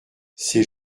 c’est